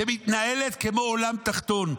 שמתנהלת כמו עולם תחתון.